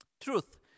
Truth